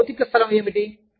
మీ భౌతిక స్థలం ఏమిటి